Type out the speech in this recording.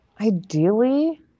ideally